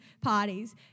parties